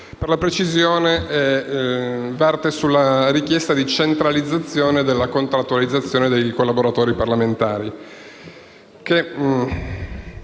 per la precisione, esso verte sulla richiesta di centralizzazione della contrattualizzazione dei collaboratori parlamentari.